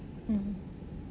mm